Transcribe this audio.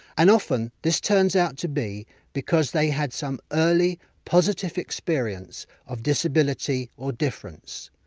and often, this turns out to be because they had some early positive experience of disability or difference,